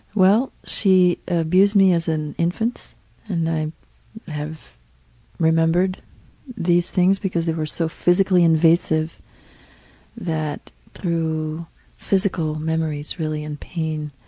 well, she abused me as an infant and i have remembered these things because they were so physically invasive that through physical memories really and pain